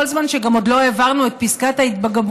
כל זמן שגם עוד לא העברנו את פסקת ההתגברות,